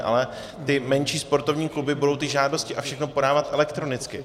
Ale ty menší sportovní kluby budou ty žádosti a všechno podávat elektronicky.